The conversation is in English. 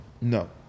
No